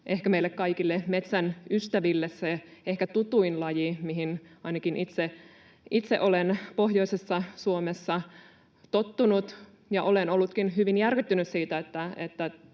ehkä meille kaikille metsän ystäville se ehkä tutuin laji, johon ainakin itse olen pohjoisessa Suomessa tottunut, ja olen ollutkin hyvin järkyttynyt siitä,